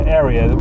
area